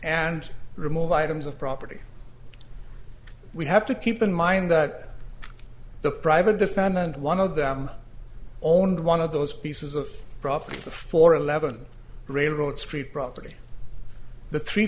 and remove items of property we have to keep in mind that the private defendant one of them owned one of those pieces of property for eleven railroad street property the three